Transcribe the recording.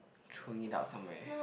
throwing it out somewhere